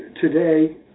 today